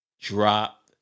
drop